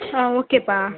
ஆ ஓகேப்பா